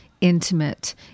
intimate